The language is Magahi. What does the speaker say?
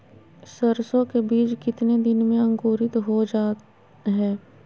सरसो के बीज कितने दिन में अंकुरीत हो जा हाय?